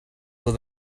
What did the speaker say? will